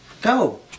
Go